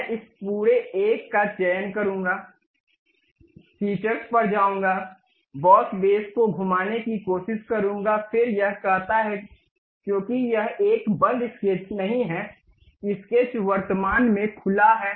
मैं इस पूरे एक का चयन करूंगा सुविधाओं पर जाऊंगा बॉस बेस को घूमने की कोशिश करूंगा फिर यह कहता है क्योंकि यह एक बंद स्केच नहीं है स्केच वर्तमान में खुला है